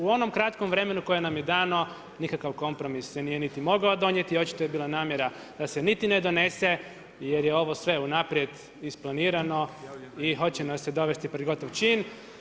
U onom kratkom vremenu koje nam je dano, nikakav kompromis se nije niti mogao donijeti, očito je bila namjera da se niti ne donese jer je ovo sve unaprijed isplanirano i hoće nas se dovesti pred gotov čin.